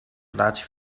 relatie